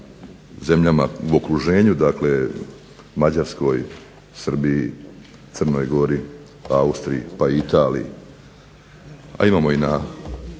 zemljama u orkuženju, dakle Mađarskoj, Srbiji, Crnoj Gori, Austriji, pa Italiji, a imamo i u